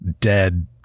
dead